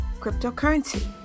cryptocurrency